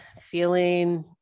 feeling